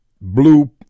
blue